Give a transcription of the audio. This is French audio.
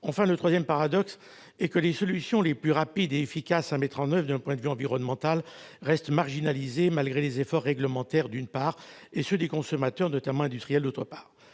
Le troisième paradoxe est que les solutions les plus rapides et efficaces à mettre en oeuvre, d'un point de vue environnemental, restent marginales malgré les efforts réglementaires, d'une part, et ceux des consommateurs, notamment industriels, d'autre part.